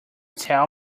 tell